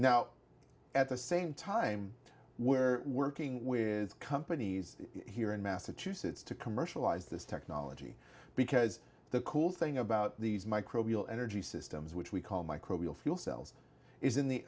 now at the same time we're working with companies here in massachusetts to commercialize this technology because the cool thing about these microbial energy systems which we call microbial fuel cells is in the